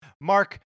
Mark